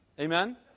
Amen